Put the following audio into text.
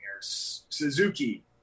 Suzuki